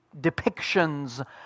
depictions